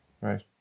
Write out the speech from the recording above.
right